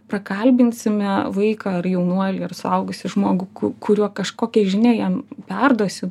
prakalbinsime vaiką ar jaunuolį ar suaugusį žmogų ku kuriuo kažkokią žinią jam perduosiu